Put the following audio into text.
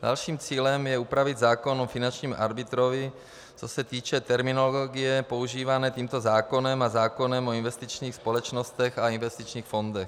Dalším cílem je upravit zákon o finančním arbitrovi, co se týče terminologie používané tímto zákonem a zákonem o investičních společnostech a investičních fondech.